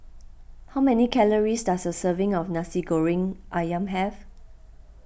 how many calories does a serving of Nasi Goreng Ayam have